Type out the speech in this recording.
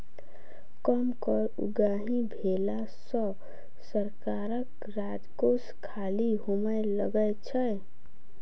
कम कर उगाही भेला सॅ सरकारक राजकोष खाली होमय लगै छै